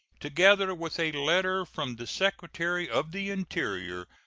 together with a letter from the secretary of the interior,